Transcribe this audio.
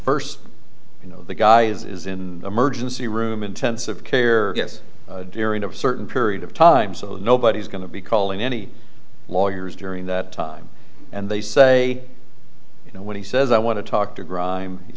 first you know the guy is in emergency room intensive care is during a certain period of time so nobody's going to be calling any lawyers during that time and they say you know when he says i want to talk to grime